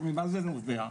ממה זה נובע?